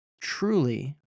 truly